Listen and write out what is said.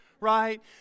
right